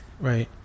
right